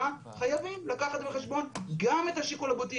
חייבים לקחת בחשבון גם את השיקול הבריאותי.